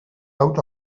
out